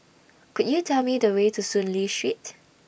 Could YOU Tell Me The Way to Soon Lee Street